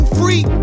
free